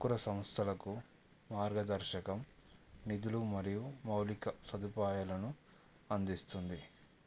అంకుర సంస్థలకు మార్గదర్శకం నిధులు మరియు మౌలిక సదుపాయాలను అందిస్తుంది